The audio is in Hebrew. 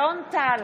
אלון טל,